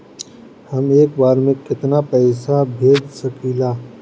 हम एक बार में केतना पैसा भेज सकिला?